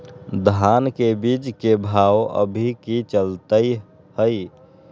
धान के बीज के भाव अभी की चलतई हई?